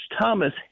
Thomas